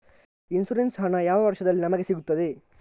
Insurance ಹಣ ಯಾವ ವರ್ಷದಲ್ಲಿ ನಮಗೆ ಸಿಗುತ್ತದೆ?